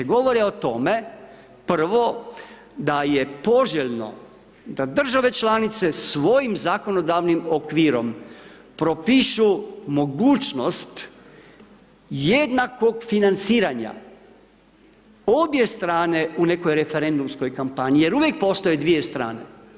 Govore o tome, prvo, da je poželjno da države članice svojim zakonodavnim okvirom propišu mogućnost jednakog financiranja obje strane u nekoj referendumskoj kampanji, jer uvijek postoje dvije strane.